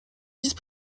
vice